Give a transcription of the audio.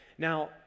Now